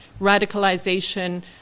radicalization